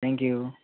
thank you